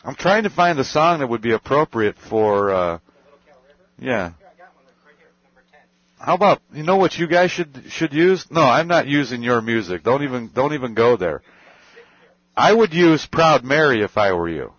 i'm trying to find the song that would be appropriate for yeah you know what you guys should should use no i'm not using your music don't even don't even go there i would use proud mary if i were you